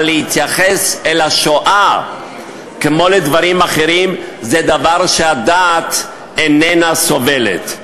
אבל להתייחס אל השואה כמו לדברים אחרים זה דבר שהדעת איננה סובלת.